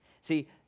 See